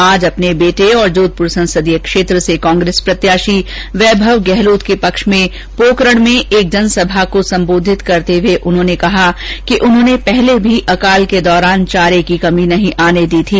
आज अपने बेटे और जोधपुर संसदीय क्षेत्र से कांग्रेस प्रत्याषी वैभव गहलोत के पक्ष में पोकरण में एक जनसभा को संबोधित करते हुए उन्होंने कहा कि उन्होंने पहले भी अकाल के दौरान चारे की कमी नहीं आने दी थी